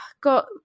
got